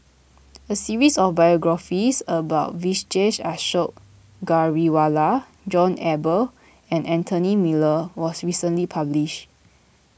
a series of biographies about Vijesh Ashok Ghariwala John Eber and Anthony Miller was recently published